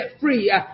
free